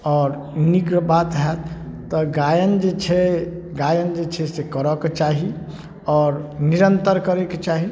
आओर नीक बात हैत तऽ गायन जे छै गायन जे छै से करऽके चाही आओर निरन्तर करैके चाही